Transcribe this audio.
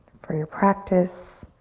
for your practice